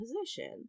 position